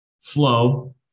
flow